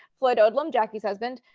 floyd odlum, jackie's husband.